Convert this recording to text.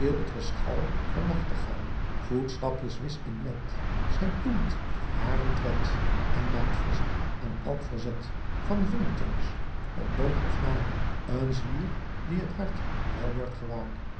van nachtegael voetstapjes wis en net zy toemt haren tredt en maakte vast aan elk verzet van vingertjens op boogh oft naar een zwier dien t hart wel wordt gewaar